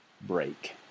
break